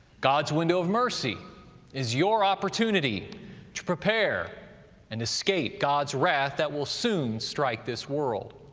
god's window of mercy is your opportunity to prepare and escape god's wrath that will soon strike this world.